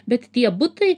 bet tie butai